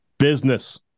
business